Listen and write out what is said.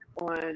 on